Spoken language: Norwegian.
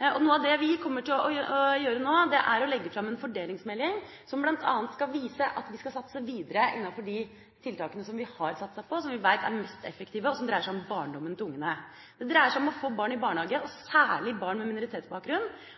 Noe av det vi kommer til å gjøre nå, er å legge fram en fordelingsmelding som bl.a. skal vise at vi skal satse videre innenfor de tiltakene som vi har satset på og som vi vet er mest effektive, og som dreier seg om barndommen til ungene. Det dreier seg om å få barn i barnehage, særlig barn med minoritetsbakgrunn, og samtidig gi kvinner med minoritetsbakgrunn